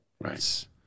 Right